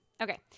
Okay